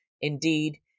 Indeed